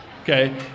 Okay